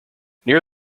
near